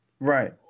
Right